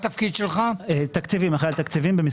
מה